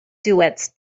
duets